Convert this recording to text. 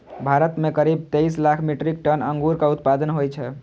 भारत मे करीब तेइस लाख मीट्रिक टन अंगूरक उत्पादन होइ छै